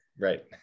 Right